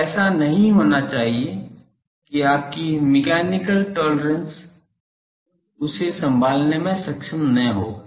तो ऐसा नहीं होना चाहिए कि आपकी मैकेनिकल टॉलरेंस उसे संभालने में सक्षम न हों